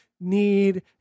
need